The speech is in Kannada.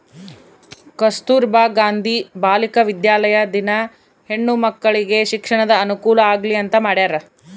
ಕಸ್ತುರ್ಭ ಗಾಂಧಿ ಬಾಲಿಕ ವಿದ್ಯಾಲಯ ದಿನ ಹೆಣ್ಣು ಮಕ್ಕಳಿಗೆ ಶಿಕ್ಷಣದ ಅನುಕುಲ ಆಗ್ಲಿ ಅಂತ ಮಾಡ್ಯರ